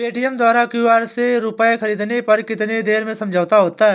Paytm द्वारा QR से रूपए ख़रीदने पर कितनी देर में समझौता होता है?